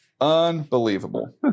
Unbelievable